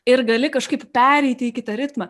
ir gali kažkaip pereiti į kitą ritmą